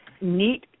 Neat